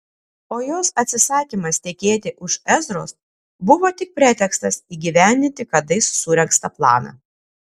o jos atsisakymas tekėti už ezros buvo tik pretekstas įgyvendinti kadais suregztą planą